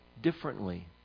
differently